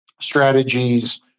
strategies